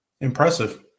impressive